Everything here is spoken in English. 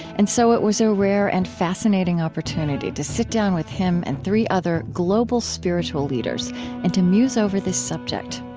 and so it was a rare and fascinating opportunity to sit down with him and three other global spiritual leaders and to muse over this subject.